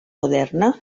moderna